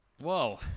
Whoa